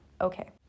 Okay